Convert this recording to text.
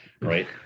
right